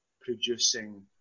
producing